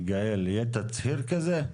יגאל, יהיה תצהיר כזה?